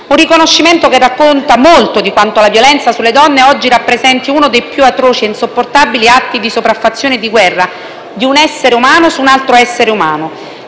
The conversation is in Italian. Un riconoscimento che racconta molto di quanto la violenza sulle donne oggi rappresenti uno dei più atroci e insopportabili atti di sopraffazione e di guerra di un essere umano su un altro essere umano,